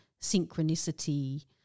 synchronicity